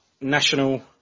national